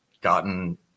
Gotten